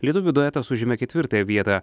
lietuvių duetas užėmė ketvirtąją vietą